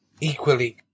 equally